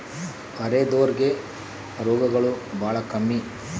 ಅರೆದೋರ್ ಗೆ ರೋಗಗಳು ಬಾಳ ಕಮ್ಮಿ